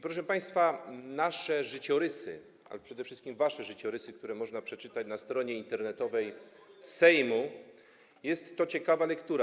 Proszę państwa, nasze życiorysy, a przede wszystkim wasze życiorysy, które można przeczytać na stronie internetowej Sejmu, to jest ciekawa lektura.